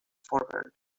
forward